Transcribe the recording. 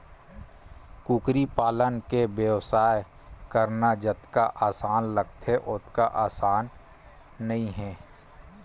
कुकरी पालन के बेवसाय करना जतका असान लागथे ओतका असान नइ हे